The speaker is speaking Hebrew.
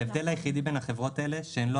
ההבדל היחידי בין החברות האלה הוא שהן לא